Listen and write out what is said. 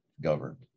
governed